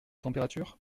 température